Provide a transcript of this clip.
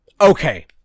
Okay